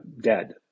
dead